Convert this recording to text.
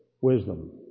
Wisdom